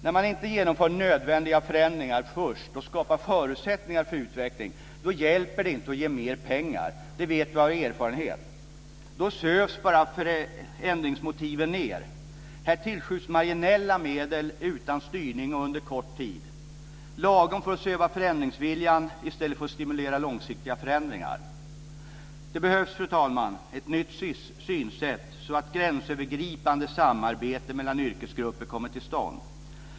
När man inte genomför nödvändiga förändringar först och skapar förutsättningar för utveckling hjälper det inte att ge mer pengar. Det vet vi av erfarenhet. Då sövs bara förändringsmotiven ned. Här tillskjuts marginella medel utan styrning och under kort tid, lagom för att söva förändringsviljan i stället för att stimulera långsiktiga förändringar. Det behövs, fru talman, ett nytt synsätt så att gränsöverskridande samarbete mellan yrkesgrupper kommer till stånd.